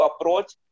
approach